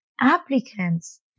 applicants